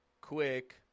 quick